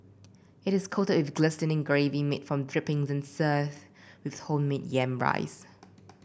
it is coated with glistening gravy made from drippings and served with homemade yam rice